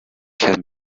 can